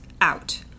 out